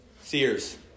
Sears